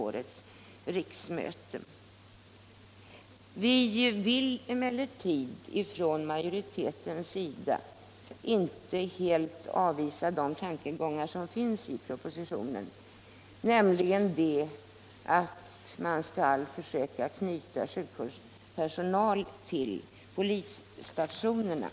Utskottsmajoriteten vill emellertid inte helt avvisa tankegångarna i propositionen att man skall försöka knyta sjukvårdspersonal till polisstationerna.